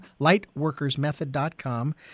lightworkersmethod.com